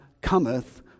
cometh